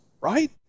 Right